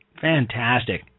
Fantastic